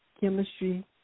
chemistry